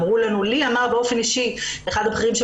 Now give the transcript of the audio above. לי אמר באופן אישי אחד הבכירים של